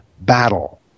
battle